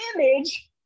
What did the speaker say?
image